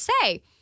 say